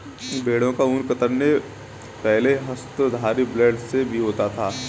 भेड़ों का ऊन कतरन पहले हस्तधारी ब्लेड से भी होता है